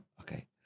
okay